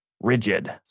rigid